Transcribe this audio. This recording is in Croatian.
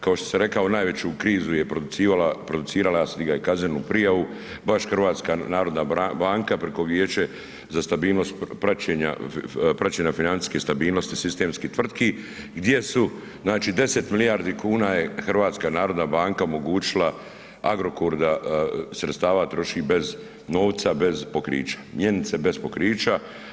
Kao što sam rekao najveću krizu je producirala, ja sam digao i kaznenu prijavu, baš HNB, preko Vijeća za stabilnost praćenja, praćenja financijske stabilnosti sistemskih tvrtki gdje su znači 10 milijardi kuna je HNB omogućila Agrokoru da sredstava troši bez novca, bez pokrića, mjenice bez pokrića.